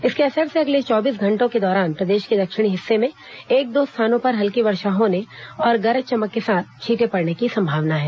इसके असर से अगले चौबीस घंटों के दौरान प्रदेश के दक्षिणी हिस्से में एक दो स्थानों पर हल्की वर्षा होने और गरज चमक के साथ छीटें पड़ने की संभावना है